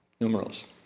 numerals